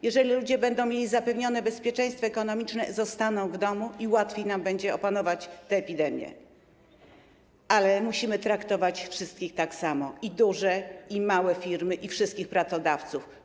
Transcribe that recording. Jeżeli ludzie będą mieli zapewnione bezpieczeństwo ekonomiczne, zostaną w domu i łatwiej nam będzie opanować tę epidemię, ale musimy traktować wszystkich tak samo - i duże firmy, i małe, wszystkich pracodawców.